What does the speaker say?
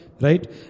Right